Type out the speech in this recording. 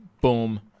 boom